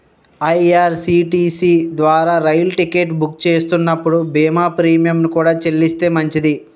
IRCTC ద్వారా రైలు ticket book చేస్తున్నప్పుడు బీమా ప్రీమియంను కూడా చెల్లిస్తే మంచిది